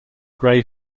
gray